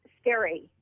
scary